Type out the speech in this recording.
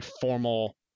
formal